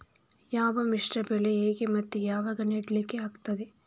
ಯಾವ ಮಿಶ್ರ ಬೆಳೆ ಹೇಗೆ ಮತ್ತೆ ಯಾವಾಗ ನೆಡ್ಲಿಕ್ಕೆ ಆಗ್ತದೆ?